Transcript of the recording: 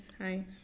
Hi